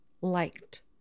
liked